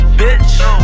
bitch